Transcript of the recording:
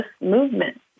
movement